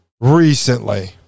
recently